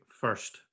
first